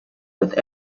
with